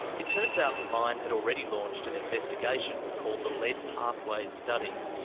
it turns out the mine had already launched an investigation called the lead pathways study.